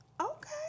Okay